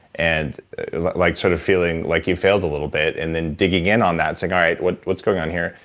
and like sort of feeling like you failed a little bit and then digging in on that saying, all right. what's what's going on here?